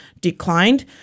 declined